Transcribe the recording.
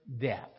death